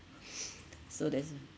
so there's